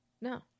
No